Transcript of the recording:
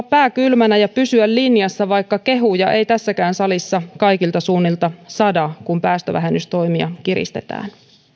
pää kylmänä ja pysyä linjassa vaikka kehuja ei tässäkään salissa kaikilta suunnilta sada kun päästövähennystoimia kiristetään